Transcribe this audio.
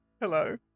Hello